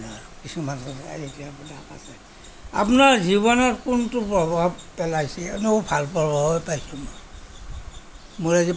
আপোনাৰ জীৱনত কোনটো প্ৰভাৱ পেলাইছে ভাল প্ৰভাৱ পেলাইছে